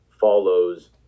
follows